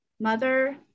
mother